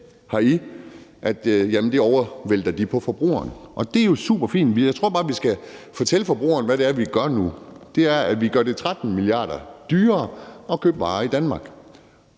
overvælter de på forbrugerne. Det er jo superfint, men jeg tror bare, at vi skal fortælle forbrugerne, hvad det er, vi gør nu. Vi gør det 13 mia. kr. dyrere at købe varer i Danmark.